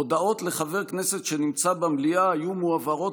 הודעות לחבר כנסת שנמצא במליאה היו מועברות